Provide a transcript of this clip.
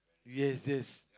yes that's